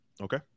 Okay